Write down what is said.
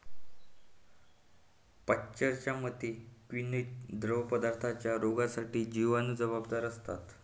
पाश्चरच्या मते, किण्वित द्रवपदार्थांच्या रोगांसाठी जिवाणू जबाबदार असतात